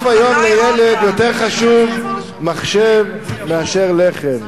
בסוף היום לילד יותר חשוב מחשב מאשר לחם.